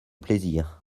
plaisir